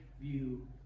view